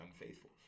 unfaithful